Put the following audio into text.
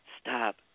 stop